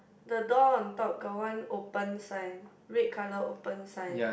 the door on top got one open sign red colour open sign